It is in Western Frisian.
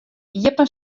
iepen